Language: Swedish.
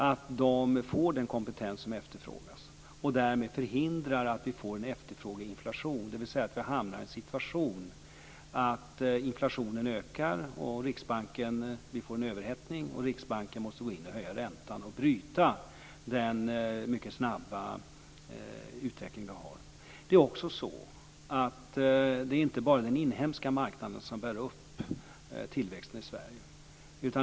Det gäller att de får den kompetens som efterfrågas. Därmed förhindrar vi att vi får en efterfrågeinflation, dvs. att vi hamnar i en situation där inflationen ökar, vi får en överhettning och Riksbanken måste gå in och höja räntan och bryta den mycket snabba utveckling vi har. Det är inte heller bara den inhemska marknaden som bär upp tillväxten i Sverige.